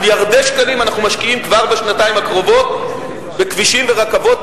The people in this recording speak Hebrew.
מיליארדי שקלים אנחנו משקיעים כבר בשנתיים הקרובות בכבישים ורכבות,